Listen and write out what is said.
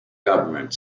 government